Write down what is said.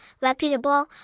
reputable